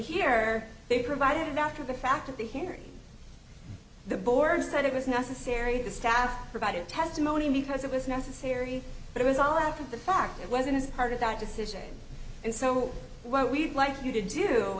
here they provided after the fact of the hearing the board said it was necessary the staff provided testimony because it was necessary but it was all after the fact it wasn't part of that decision and so what we'd like you to do